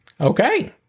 Okay